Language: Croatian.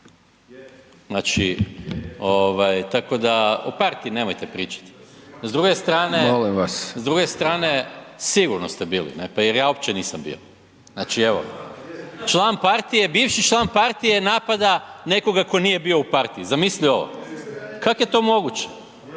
razumije./ … u partiji nemojte pričat. S druge strane sigurno ste bili pa jel ja uopće nisam bio. Znači evo bivši član partije napada nekoga tko nije bio u partiji zamisli ovo. Kako je to moguće?